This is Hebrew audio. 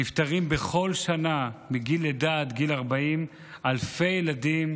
נפטרים בכל שנה מגיל לידה עד גיל 40 אלפי ילדים,